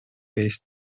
based